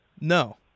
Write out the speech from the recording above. No